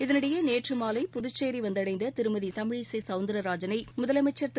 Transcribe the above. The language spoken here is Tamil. இதனிடையே நேற்று மாலை புதுச்சேரி வந்தடைந்த திருமதி தமிழிசை சௌந்தரராஜனை முதலமைச்சர் திரு